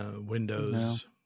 windows